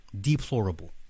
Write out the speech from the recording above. Deplorable